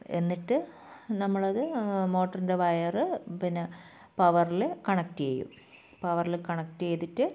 എന്നിട്ട് നമ്മളത് മോട്ടറിൻ്റെ വയറ് പിന്നെ പവറിൽ കണക്ട് ചെയ്യും പവറിൽ കണക്ട് ചെയ്തിട്ട്